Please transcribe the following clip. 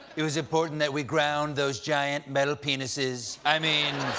it was important that we ground those giant metal penises. i mean,